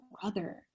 brother